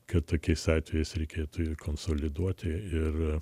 kad tokiais atvejais reikėtų ir konsoliduoti ir